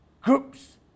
groups